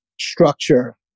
structure